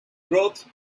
growth